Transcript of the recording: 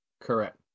correct